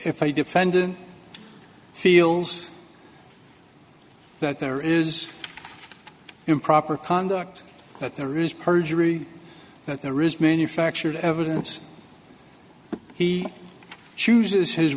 if a defendant feels that there is improper conduct that there is perjury that there is manufactured evidence he chooses his